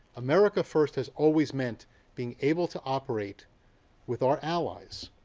america first has always meant being able to operate with our allies